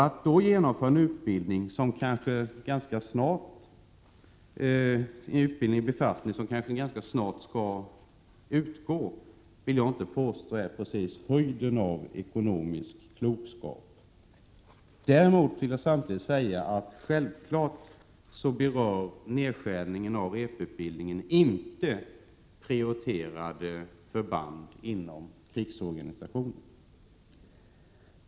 Att då genomföra utbildning till befattningar som kanske ganska snart utgår vill jag inte påstå är höjden av ekonomisk klokskap. Däremot vill jag säga att nedskärningen av repetitionsutbildningen självfallet inte berör prioriterade förband inom krigsorganisationen.